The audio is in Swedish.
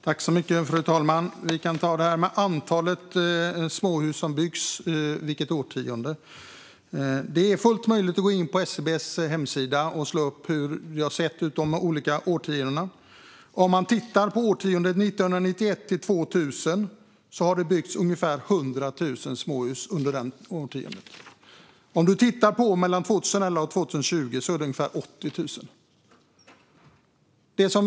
Fru talman! Låt oss titta på antalet småhus som har byggts under vilket årtionde. Det är fullt möjligt att gå in på SCB:s hemsida och slå upp de olika årtiondena. Under årtiondet 1991-2000 byggdes ungefär 100 000 småhus. Under årtiondet 2011-2020 byggdes ungefär 80 000.